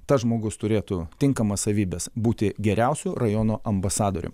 tas žmogus turėtų tinkamas savybes būti geriausiu rajono ambasadorium